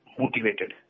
motivated